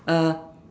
uh